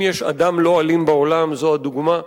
אם יש אדם לא אלים בעולם, זו הדוגמה.